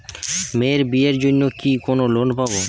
মেয়ের বিয়ের জন্য কি কোন লোন পাব?